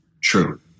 True